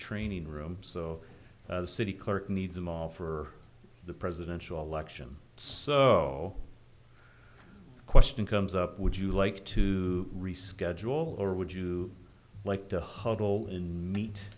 training room so the city clerk needs them all for the presidential election so question comes up would you like to reschedule or would you like to huddle and meet